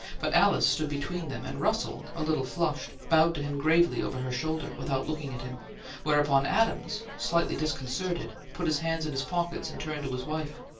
but alice stood between them, and russell, a little flushed, bowed to him gravely over her shoulder, without looking at him whereupon adams, slightly disconcerted, put his hands in his pockets and turned to his wife.